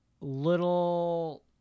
little